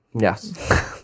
Yes